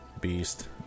Beast